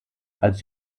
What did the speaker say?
als